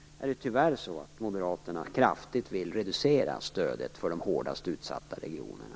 Tyvärr vill moderaterna kraftigt reducera stödet för de hårdast utsatta regionerna.